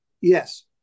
yes